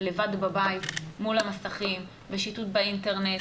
לבד בבית מול המסכים ושיטוט באינטרנט,